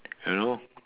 you know